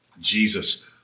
Jesus